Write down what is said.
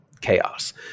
chaos